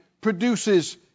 produces